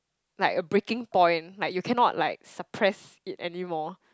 like a breaking point like you cannot like suppress it anymore